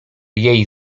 jej